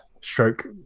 stroke